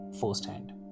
firsthand